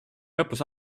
lõpus